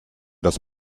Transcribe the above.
das